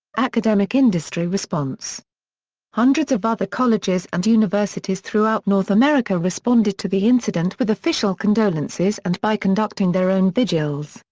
academic industry response hundreds of other colleges and universities throughout north america responded to the incident with official condolences and by conducting their own vigils,